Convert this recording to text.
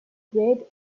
great